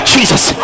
Jesus